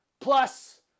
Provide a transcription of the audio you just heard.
Plus